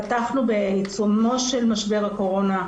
פתחנו בעיצומו של משבר הקורונה,